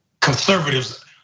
conservatives